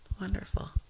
Wonderful